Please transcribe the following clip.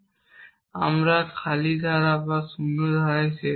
যা একটি খালি ধারা বা একটি শূন্য ধারায় শেষ হয়